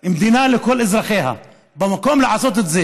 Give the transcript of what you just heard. של מדינה לכל אזרחיה, במקום לעשות את זה.